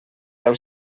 deu